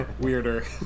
Weirder